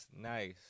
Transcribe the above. Nice